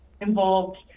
involved